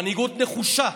מנהיגות נחושה,